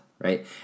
Right